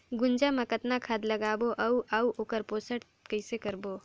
गुनजा मा कतना खाद लगाबो अउ आऊ ओकर पोषण कइसे करबो?